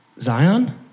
Zion